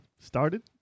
started